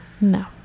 No